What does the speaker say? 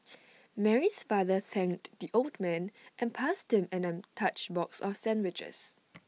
Mary's father thanked the old man and passed him an untouched box of sandwiches